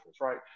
right